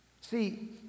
See